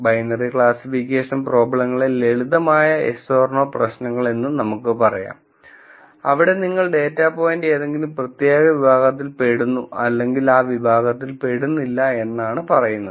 binary classification പ്രോബ്ലങ്ങളെ ലളിതമായ yes or no പ്രശ്നങ്ങളെന്നും നമുക്ക് പറയാം അവിടെ നിങ്ങൾ ഡേറ്റ പോയിന്റ് എന്തെങ്കിലും പ്രത്യേക വിഭാഗത്തിൽ പെടുന്നു അല്ലെങ്കിൽ ആ വിഭാഗത്തിൽ പെടുന്നില്ല എന്നാണ് പറയുന്നത്